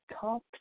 top